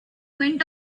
went